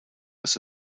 this